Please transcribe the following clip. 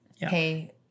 pay